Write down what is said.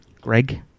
Greg